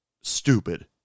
stupid